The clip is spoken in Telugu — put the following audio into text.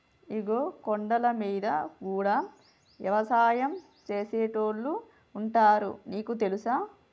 ఇగో కొండలమీద గూడా యవసాయం సేసేటోళ్లు ఉంటారు నీకు తెలుసా